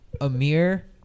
Amir